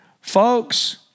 folks